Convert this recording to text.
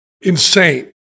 insane